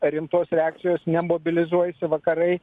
rimtos reakcijos nemobilizuojasi vakarai